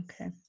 okay